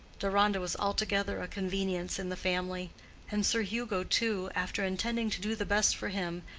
deronda was altogether a convenience in the family and sir hugo too, after intending to do the best for him,